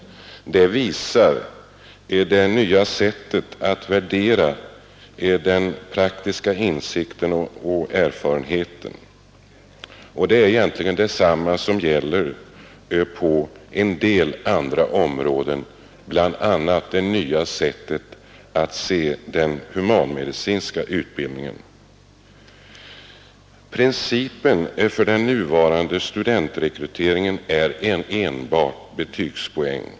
Det uttalandet visar att man nu på detta område värderar den praktiska insikten och erfarenheten på samma sätt som man gör när det gäller en del andra områden, bl.a. den humanmedicinska utbildningen. Den nuvarande studentrekryteringen sker enbart efter betygspoäng.